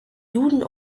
juden